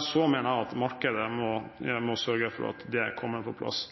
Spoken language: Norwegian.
Så mener jeg at markedet må sørge for at det kommer på plass.